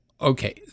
Okay